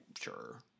sure